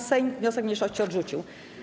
Sejm wniosek mniejszości odrzucił.